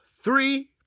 three